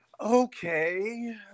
okay